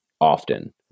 often